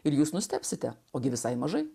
ir jūs nustebsite ogi visai mažai